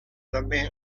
també